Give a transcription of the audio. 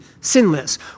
sinless